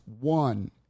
One